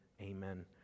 amen